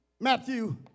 Matthew